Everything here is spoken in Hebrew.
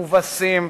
מובסים,